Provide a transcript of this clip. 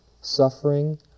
suffering